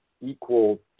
equal